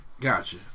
Gotcha